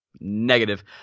negative